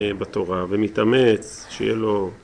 ‫בתורה, ומתאמץ שיהיה לו...